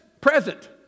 present